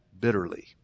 bitterly